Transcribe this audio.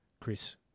Chris